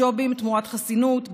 ג'ובים תמורת חסינות,